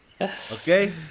Okay